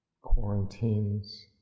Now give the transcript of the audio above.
Quarantines